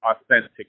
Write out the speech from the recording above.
authentic